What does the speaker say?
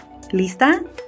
Lista